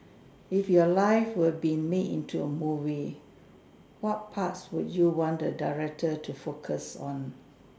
if your life were be made into a movie what parts would you like the director to focus on